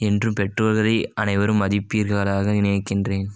என்றும் பெற்றோர்களை அனைவரும் மதிப்பீர்களாக நினைக்கிறேன்